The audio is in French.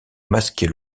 masquer